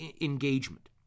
engagement